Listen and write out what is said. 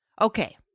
okay